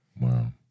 Wow